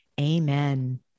Amen